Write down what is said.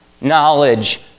knowledge